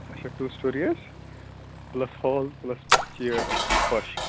اچھا ٹوٗ سِٹوری حظ پٕلَس ہال پٕلَس پَتہٕ چھِ یہِ پَش